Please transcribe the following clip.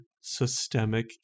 systemic